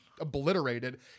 Obliterated